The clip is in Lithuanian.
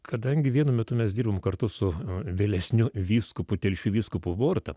kadangi vienu metu mes dirbom kartu su vėlesniu vyskupu telšių vyskupu boruta